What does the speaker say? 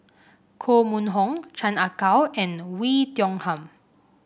Koh Mun Hong Chan Ah Kow and Oei Tiong Ham